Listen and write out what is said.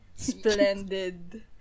Splendid